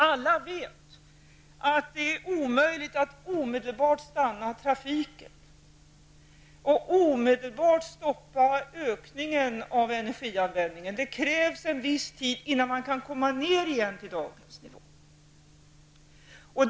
Alla vet att det är omöjligt att omedelbart stanna trafiken och omedelbart stoppa ökningen av energianvändningen. Det krävs en viss tid innan man på nytt kan komma ned till dagens nivå.